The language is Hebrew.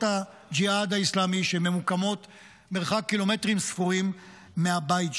הג'יהאד האסלאמי שממוקמות מרחק קילומטרים ספורים מהבית שלי.